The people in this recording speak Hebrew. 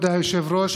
כבוד היושב-ראש,